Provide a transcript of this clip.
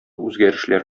үзгәрешләр